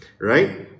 right